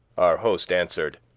our host answer'd